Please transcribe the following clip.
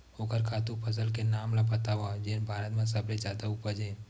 ओखर खातु फसल के नाम ला बतावव जेन भारत मा सबले जादा उपज?